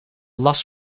last